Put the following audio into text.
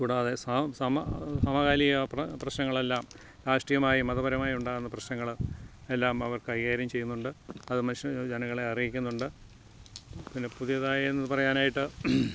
കൂടാതെ സമകാലിക പ്രശ്നങ്ങൾ എല്ലാം രാഷ്ട്രീയമായി മതപരമായി ഉണ്ടാകുന്ന പ്രശ്നങ്ങൾ എല്ലാം അവർ കൈകാര്യം ചെയ്യുന്നുണ്ട് അത് മനുഷ്യ ജനങ്ങളെ അറിയിക്കുന്നുണ്ട് പിന്നെ പുതിയതായി എന്ന് പറയാൻ ആയിട്ട്